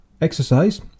exercise